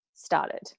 started